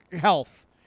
health